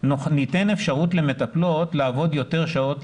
ניתן אפשרות למטפלות לעבוד יותר שעות,